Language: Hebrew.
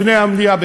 לפני המליאה,